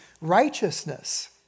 righteousness